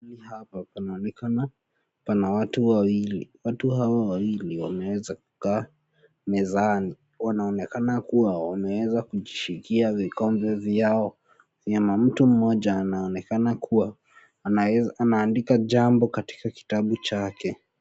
Hii hapa panaonekana pana watu wawili. Watu hawa wawili wameweza kukaa mezani. Wanaonekana kua wameweza kujishikia vikombe vyao vyema. Mtu mmoja anaonekana kua anaandika jambo katika kitabu chake.